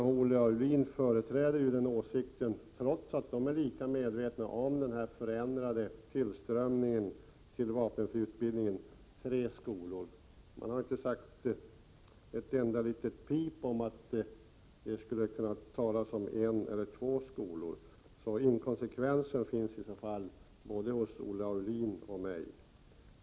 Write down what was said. Olle Aulin och moderaterna företräder — trots att de är lika medvetna som vi om den förändrade tillströmningen till vapenfriutbildningen — uppfattningen att det skall vara tre skolor. De har inte sagt ett ljud om att det skulle kunna vara en eller två skolor. Inkonsekvensen finns alltså hos både Olle Aulin och mig.